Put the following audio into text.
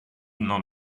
none